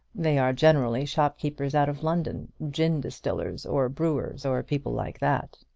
they are generally shopkeepers out of london, gin distillers, or brewers, or people like that.